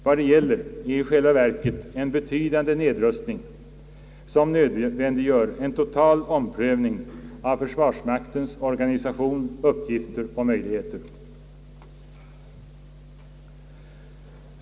Vad det gäller är i själva verket en betydande nedrustning, som nödvändiggör en total omprövning av försvarsmaktens organisation, uppgifter och möjligheter.